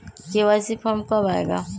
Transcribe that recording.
KYC form कब आए गा?